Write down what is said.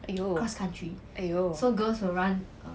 !aiyo! !aiyo!